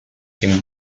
him